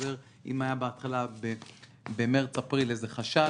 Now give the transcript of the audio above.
אם במרץ-אפריל היה איזה חשש,